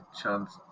Chance